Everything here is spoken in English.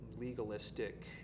legalistic